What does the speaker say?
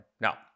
Now